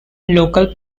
local